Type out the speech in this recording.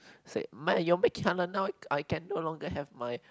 said may your I can no longer have my